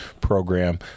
program